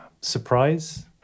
surprise